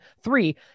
Three